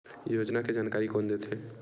योजना के जानकारी कोन दे थे?